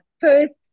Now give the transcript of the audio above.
first